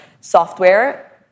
software